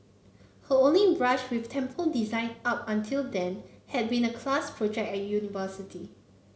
her only brush with temple design up until then had been a class project at university